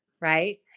right